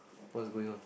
what's going on